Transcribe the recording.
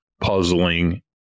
puzzling